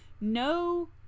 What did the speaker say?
no